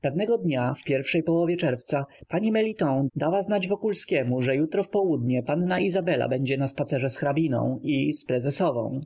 pewnego dnia w pierwszej połowie czerwca pani meliton dała się znać wokulskiemu że jutro w południe panna izabela będzie na spacerze z hrabiną i z prezesową